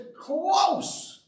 close